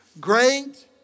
Great